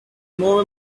more